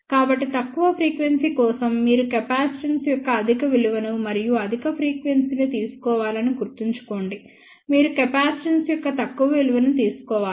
కాబట్టి తక్కువ ఫ్రీక్వెన్సీ కోసం మీరు కెపాసిటెన్స్ యొక్క అధిక విలువను మరియు అధిక ఫ్రీక్వెన్సీ ని తీసుకోవాలి అని గుర్తుంచుకోండి మీరు కెపాసిటెన్స్ యొక్క తక్కువ విలువను తీసుకోవాలి